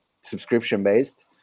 subscription-based